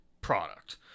product